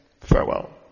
Farewell